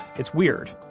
it's weird.